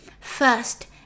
First